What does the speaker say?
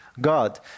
God